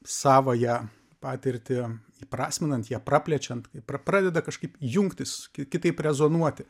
savąją patirtį įprasminant ją praplečiant kai pra pradeda kažkaip jungtis kitaip rezonuoti